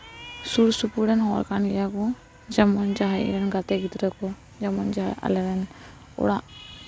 ᱥᱩᱨᱼᱥᱩᱯᱩᱨ ᱨᱮᱱ ᱦᱚᱲ ᱠᱟᱱ ᱜᱮᱭᱟ ᱠᱚ ᱡᱮᱢᱚᱱ ᱡᱟᱦᱟᱸᱭ ᱤᱧ ᱨᱮᱱ ᱜᱟᱛᱮ ᱜᱤᱫᱽᱨᱟᱹ ᱠᱚ ᱡᱮᱢᱚᱱ ᱡᱟᱦᱟᱸ ᱟᱞᱮ ᱨᱮᱱ ᱚᱲᱟᱜ